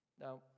Now